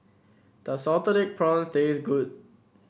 does Salted Egg Prawns taste good